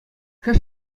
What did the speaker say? хӑш